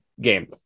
game